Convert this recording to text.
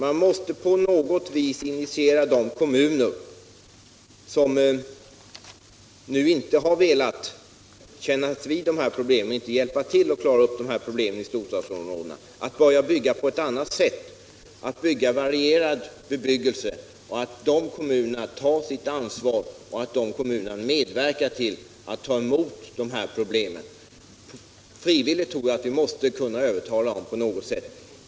Man måste på något vis initiera de kommuner, som hittills inte har velat hjälpa till att klara upp de här problemen i storstadsområdena, att ta sitt ansvar och börja bygga på ett mer varierat sätt. Det måste gå att övertala dessa kommuner till frivilliga insatser.